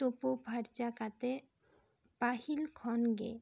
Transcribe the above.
ᱛᱩᱯᱩ ᱯᱷᱟᱨᱪᱟ ᱠᱟᱛᱮᱫ ᱯᱟᱹᱦᱤᱞ ᱠᱷᱚᱱ ᱜᱮ